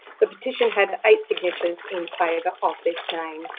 the petition had eight signatures in favour of this name.